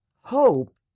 Hope